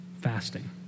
Fasting